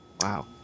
Wow